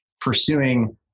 pursuing